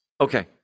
Okay